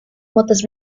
motas